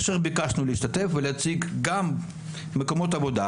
כאשר ביקשנו להשתתף ולהציג גם מקומות עבודה